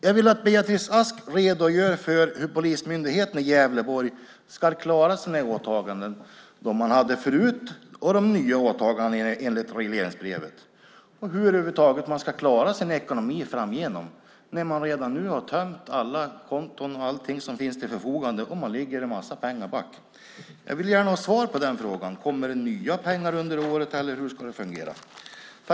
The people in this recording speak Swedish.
Jag vill att Beatrice Ask redogör för hur Polismyndigheten i Gävleborg ska klara sina åtaganden, de som man hade förut och de nya åtagandena enligt regleringsbrevet. Hur ska man över huvud taget klara sin ekonomi framgent när man redan nu har tömt alla konton och allt som finns till förfogande och man ligger en massa pengar back? Jag vill gärna ha svar på den frågan. Kommer det nya pengar under året, eller hur ska det fungera?